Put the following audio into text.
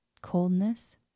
coldness